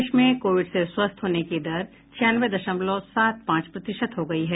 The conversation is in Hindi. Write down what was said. देश में कोविड से स्वथ्य होने की दर छियानवें दशमलव सात पांच प्रतिशत हो गई है